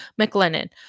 McLennan